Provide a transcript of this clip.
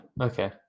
okay